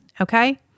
okay